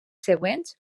següents